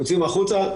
יוצאים החוצה.